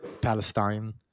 palestine